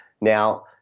Now